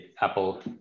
Apple